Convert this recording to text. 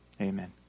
amen